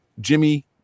Jimmy